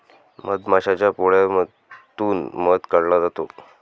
मधमाशाच्या पोळ्यातून मध काढला जातो